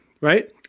right